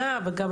לבחור.